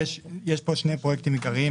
יש פה שני פרויקטים עיקריים,